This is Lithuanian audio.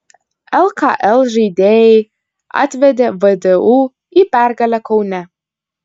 lkl žaidėjai atvedė vdu į pergalę kaune